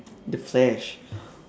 the flash